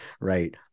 right